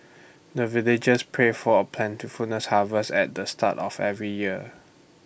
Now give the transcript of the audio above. the villagers pray for plentiful harvest at the start of every year